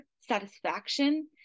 satisfaction